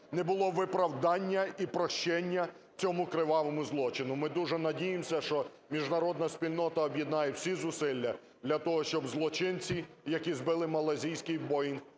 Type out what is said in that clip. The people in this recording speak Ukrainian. не було виправдання і прощения цьому кривавому злочину. Ми дуже надіємося, що міжнародна спільнота об'єднає всі зусилля для того, щоб злочинці, які збили малайзійський "Боїнг",